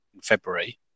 February